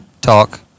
talk